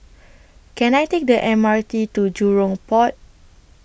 Can I Take The M R T to Jurong Port